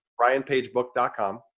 brianpagebook.com